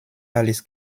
alles